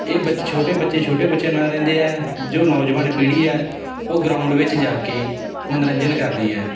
ਇਹ ਛੋਟੇ ਬੱਚੇ ਛੋਟੇ ਬੱਚਿਆਂ ਨਾਲ ਰਹਿੰਦੇ ਹੈ ਜੋ ਨੌਜਵਾਨ ਪੀੜ੍ਹੀ ਹੈ ਉਹ ਗਰਾਊਂਡ ਵਿੱਚ ਜਾ ਕੇ ਮਨੋਰੰਜਨ ਕਰਦੀ ਹੈ